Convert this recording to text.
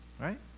right